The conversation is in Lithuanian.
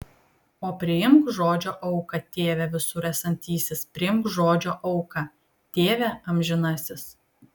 o priimk žodžio auką tėve visur esantysis priimk žodžio auką tėve amžinasis